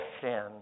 sin